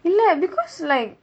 இல்லை:illai because like